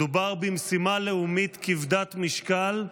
מדובר במשימה לאומית כבדת משקל,